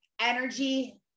energy